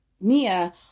Mia